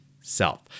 self